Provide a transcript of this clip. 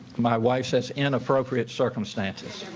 my wife says, inappropriate circumstances.